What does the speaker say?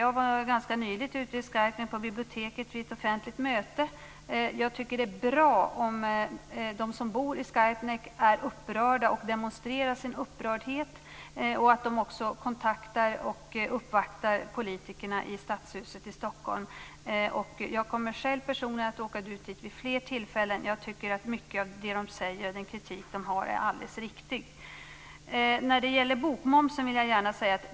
Jag var nyligen på ett offentligt möte på biblioteket i Skarpnäck. Jag tycker att det är bra om de som bor i Skarpnäck är upprörda, demonstrerar sin upprördhet och att de också kontaktar och uppvaktar politikerna i Stadshuset i Stockholm. Jag kommer själv att personligen åka ut dit vid fler tillfällen. Jag tycker att mycket av den kritik de har är alldeles riktig. Sedan var det frågan om bokmomsen.